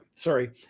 Sorry